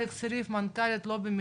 אלקס ריף, מנכ"לית "לובי המיליון",